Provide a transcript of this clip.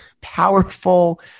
powerful